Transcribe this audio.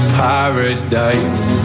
paradise